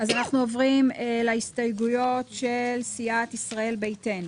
אנחנו עוברים להסתייגויות של סיעת ישראל ביתנו.